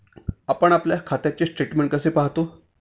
आपण आपल्या खात्याचे स्टेटमेंट कसे पाहतो?